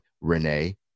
Renee